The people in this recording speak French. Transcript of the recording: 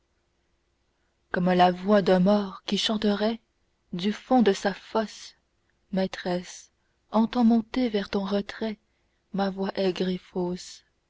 comme la voix d'un mort qui chanterait du fond de sa fosse maîtresse entends monter vers ton retrait ma voix aigre et fausse